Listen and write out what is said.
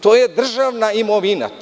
To je državna imovina.